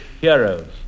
heroes